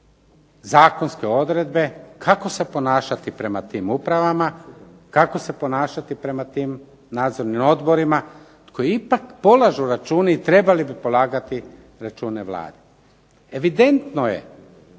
zakonske odredbe kako se ponašati prema tim upravama, kako se ponašati prema tim nadzornim odborima koji ipak polažu račun i trebali bi polagati račune Vladi. Evidentno je